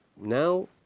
Now